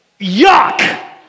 Yuck